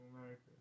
America